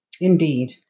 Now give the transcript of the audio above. Indeed